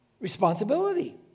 responsibility